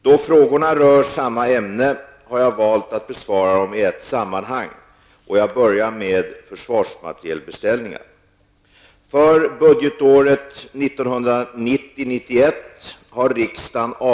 Då frågorna rör samma ämne har jag valt att besvara dem i ett sammanhang, och jag börjar med försvarsmaterielbeställningar.